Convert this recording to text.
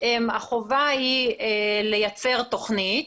החובה היא לייצר תוכנית